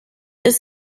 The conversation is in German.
ist